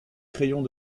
crayons